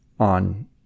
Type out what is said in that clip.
on